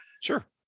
Sure